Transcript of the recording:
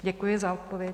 Děkuji za odpověď.